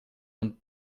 und